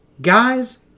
guys